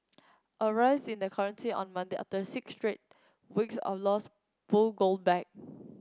a rise in the currency on Monday after six straight weeks of loss pulled gold back